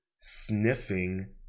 sniffing